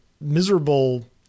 miserable